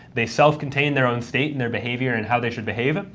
they self-contain their own state and their behavior and how they should behave,